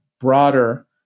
broader